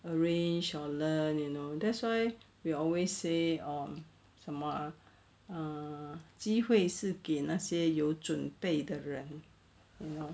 arrange your learn you know that's why we always say on 什么 ah err 机会是给那些有准备的人 you know